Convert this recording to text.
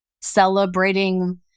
celebrating